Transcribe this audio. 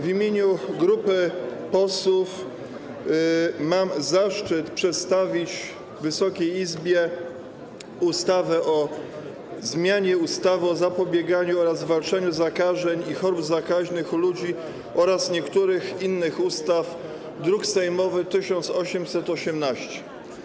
W imieniu grupy posłów mam zaszczyt przedstawić Wysokiej Izbie ustawę o zmianie ustawy o zapobieganiu oraz zwalczaniu zakażeń i chorób zakaźnych u ludzi oraz niektórych innych ustaw, druk sejmowy nr 1818.